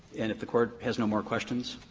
and if the court has no more questions,